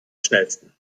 schnellsten